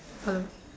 hello